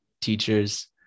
teachers